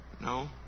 No